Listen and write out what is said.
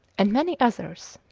and many others.